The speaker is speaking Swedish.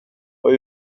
var